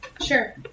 Sure